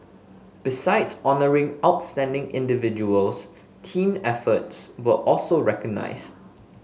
besides honouring outstanding individuals team efforts were also recognised